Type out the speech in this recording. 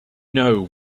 know